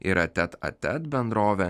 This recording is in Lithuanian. yra tet a tet bendrovė